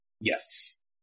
Yes